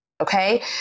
okay